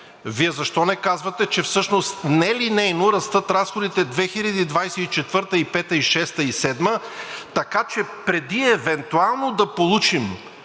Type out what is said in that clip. Вие защо не казвате, че всъщност нелинейно растат разходите 2024-а, 2025-а, 2026-а и 2027